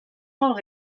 molt